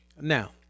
Now